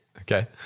Okay